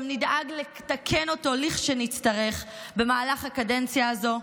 גם נדאג לתקן אותו לכשנצטרך במהלך הקדנציה הזאת,